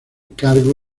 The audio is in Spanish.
cargo